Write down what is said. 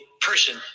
person